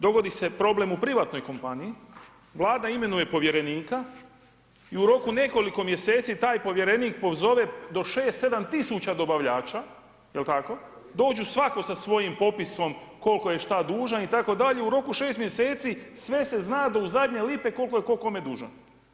Dogodi se problem u privatnoj kompaniji, Vlada imenuje povjerenika i u roku nekoliko mjeseci taj povjerenik pozove do 6, 7 000 dobavljača jel 'tako, dođe svako sa svojim popisom koliko je šta dužan itd., u roku 6 mjeseci sve se zna do zadnje lipe koliko je tko kome dužan.